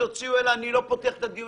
אני לא פותח את הדיון.